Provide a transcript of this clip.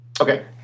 Okay